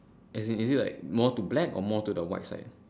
as in is it like more to black or more to the white side